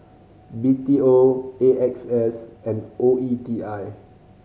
B T O A X S and O E T I